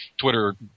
Twitter